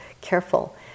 careful